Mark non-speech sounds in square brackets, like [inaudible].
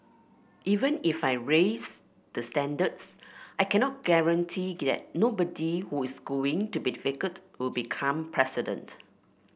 even if I raise the standards I cannot guarantee [unintelligible] nobody who is going to be difficult will become president